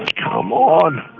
come on.